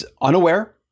unaware